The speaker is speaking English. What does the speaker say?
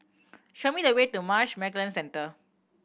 show me the way to Marsh and McLennan Centre